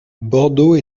bordeaux